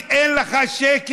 כל עוד בבית אין לך שקט,